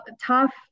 tough